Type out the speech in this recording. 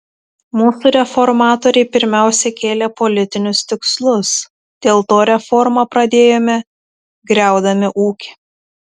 mūsų reformatoriai pirmiausia kėlė politinius tikslus dėl to reformą pradėjome griaudami ūkį